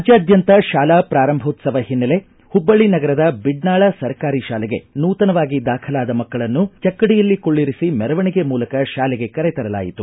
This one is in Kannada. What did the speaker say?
ರಾಜ್ಯಾದ್ಯಂತ ಶಾಲಾ ಪೂರಂಭೋತ್ಸವ ಹಿನ್ನೆಲೆ ಮಬ್ಬಳ್ಳಿ ನಗರದ ಬಿಡ್ನಾಳ ಸರ್ಕಾರಿ ಶಾಲೆಗೆ ನೂತನವಾಗಿ ದಾಖಲಾದ ಮಕ್ಕಳನ್ನು ಚಕ್ಕಡಿಯಲ್ಲಿ ಕುಳ್ಳಿರಿಸಿ ಮರವಣಿಗೆ ಮೂಲಕ ತಾಲೆಗೆ ಕರೆ ತರಲಾಯಿತು